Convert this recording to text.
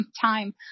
time